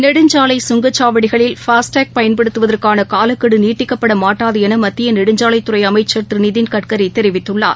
நெடுஞ்சாலை ஃபாஸ்டேக் சுங்கச்சாவடிகளில் பயன்படுத்துவதற்கானகாலக்கெடுநீட்டிக்கப்படமாட்டாதுஎனமத்தியநெடுஞ்சாலைத்துறைஅமைச்சர் திருநிதின்கட்கரிதெரிவித்துள்ளார்